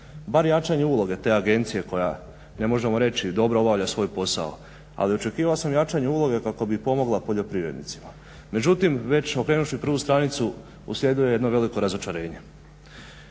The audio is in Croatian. bar jačanje uloge te agencije koja ne možemo reći dobro obavlja svoj posao, ali očekivao sam jačanje uloge kako bi pomogla poljoprivrednicima. Međutim već okrenuvši prvu stranicu uslijedilo je jedno veliko razočarenje.